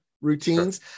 routines